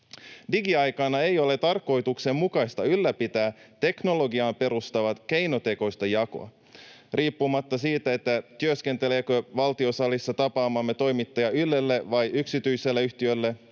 Digiaikana ei ole tarkoituksenmukaista ylläpitää teknologiaan perustuvaa keinotekoista jakoa. Riippumatta siitä, työskenteleekö Valtiosalissa tapaamamme toimittaja Ylelle vai yksityiselle yhtiölle,